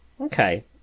Okay